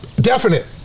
definite